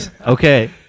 Okay